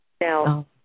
Now